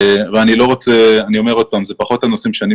אני אומר שוב שאלה פחות הנושאים בהם אני